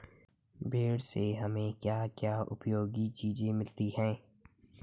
भेड़ से हमें क्या क्या उपयोगी चीजें मिलती हैं?